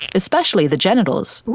especially the genitals.